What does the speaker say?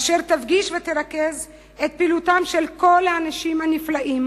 אשר תפגיש ותרכז את פעילותם של כל האנשים הנפלאים